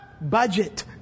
budget